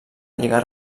lliga